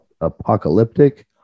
apocalyptic